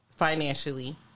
Financially